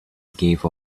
gave